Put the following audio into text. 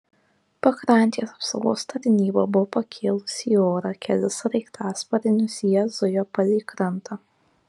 pakrantės apsaugos tarnyba buvo pakėlusi į orą kelis sraigtasparnius jie zujo palei krantą